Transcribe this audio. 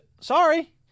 sorry